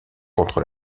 contre